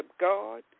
God